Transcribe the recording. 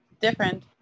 different